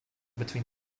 between